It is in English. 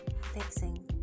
fixing